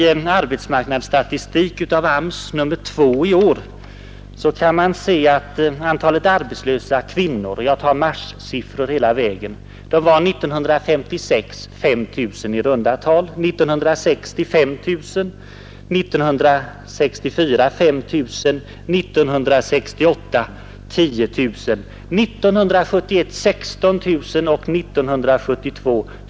Av AMS:s Arbetsmarknadsstatistik nr 2 i år kan man se att antalet vid arbetsförmedlingen anmälda arbetslösa kvinnor — jag använder hela tiden marssiffrorna — var i runt tal 5 000 år 1956, 5 000 år 1960, 5 000 år 1964, 10 000 år 1968, 16 000 år 1971 och 24 000 år 1972.